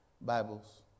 Bibles